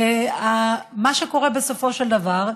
מה שקורה בסופו של דבר,